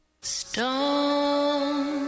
Stone